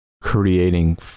creating